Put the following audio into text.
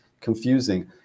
confusing